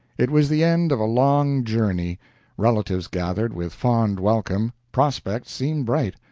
it was the end of a long journey relatives gathered with fond welcome prospects seemed bright.